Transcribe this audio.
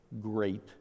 great